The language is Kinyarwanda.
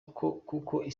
kuko